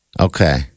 Okay